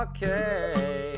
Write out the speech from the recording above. Okay